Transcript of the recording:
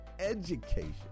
education